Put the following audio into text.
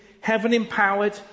heaven-empowered